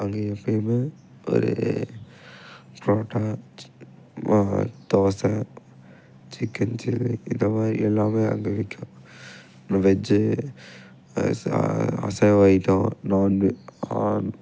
அங்கே எப்போயுமே ஒரு புரோட்டா தோசை சிக்கன் சில்லி இந்தமாதிரி எல்லாமே அங்கே விற்கும் வெஜ்ஜி அச அசைவ ஐட்டம் நான்வெஜ் நாண்